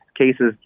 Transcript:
cases